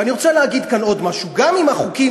ואני רוצה להגיד כאן עוד משהו: גם אם החוקים,